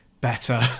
better